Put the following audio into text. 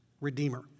redeemer